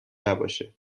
نباشه